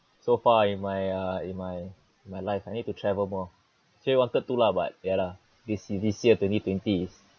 so far in my uh in my my life I need to travel more say wanted to lah but ya lah this year this year twenty twenty